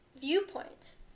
viewpoint